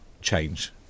change